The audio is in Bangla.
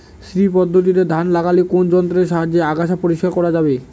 শ্রী পদ্ধতিতে ধান লাগালে কোন যন্ত্রের সাহায্যে আগাছা পরিষ্কার করা যাবে?